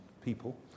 people